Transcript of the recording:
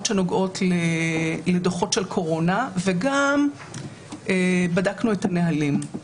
שנוגעות לדוחות של קורונה וגם בדקנו את הנהלים.